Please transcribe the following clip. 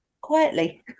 quietly